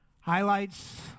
highlights